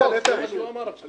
אני